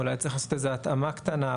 אולי צריך לעשות איזו התאמה קטנה,